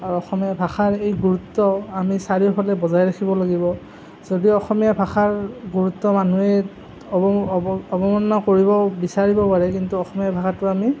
আৰু অসমীয়া ভাষাৰ এই গুৰুত্ব আমি চাৰিওফালে বজাই ৰাখিব লাগিব যদি অসমীয়া ভাষাৰ গুৰুত্ব মানুহে অৱ অৱমাননা কৰিব বিচাৰিব পাৰে কিন্তু অসমীয়া ভাষাটো আমি